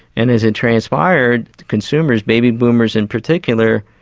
and as it transpired, consumers baby-boomers in particular,